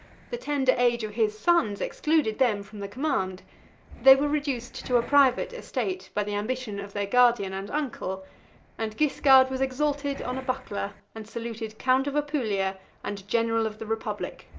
the tender age of his sons excluded them from the command they were reduced to a private estate, by the ambition of their guardian and uncle and guiscard was exalted on a buckler, and saluted count of apulia and general of the republic.